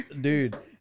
Dude